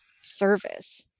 service